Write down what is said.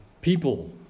People